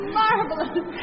marvelous